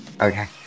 Okay